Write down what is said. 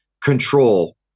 control